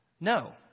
No